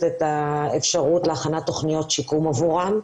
את האפשרות להכנת תוכניות שיקום עבורם.